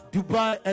Dubai